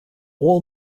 all